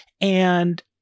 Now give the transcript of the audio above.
And-